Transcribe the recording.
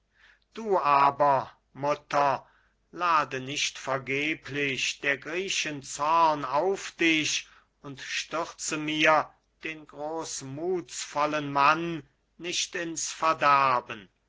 du aber mutter lade nicht vergeblich der griechen zorn auf dich und stürze mir den großmuthsvollen mann nicht ins verderben